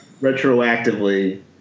retroactively